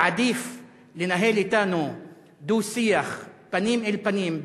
ועדיף לנהל אתנו דו-שיח פנים אל פנים,